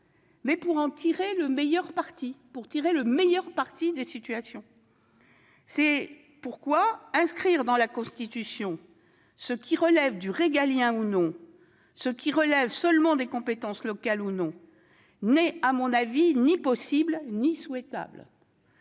mais pour en tirer le meilleur parti et tirer le meilleur parti des situations. C'est pourquoi le fait d'inscrire dans la Constitution ce qui relève du régalien ou non, ce qui relève seulement des compétences locales ou non, n'est à mon avis ni possible ni souhaitable.